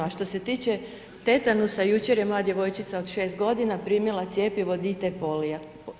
A što se tiče tetanusa, jučer je moja djevojčica od 6 godina primila cjepivo DTP-a.